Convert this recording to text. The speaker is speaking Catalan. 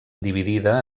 dividida